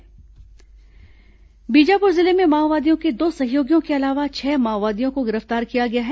माओवादी वारदात बीजापुर जिले में माओवादियों के दो सहयोगियों के अलावा छह माओवादियों गिरफ्तार किया गया है